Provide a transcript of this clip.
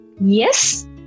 Yes